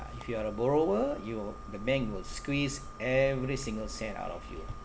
if you're a borrower you the bank will squeeze every single cent out of you